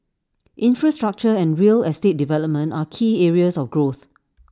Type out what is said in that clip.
infrastructure and real estate development are key areas of growth